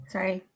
Sorry